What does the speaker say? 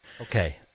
okay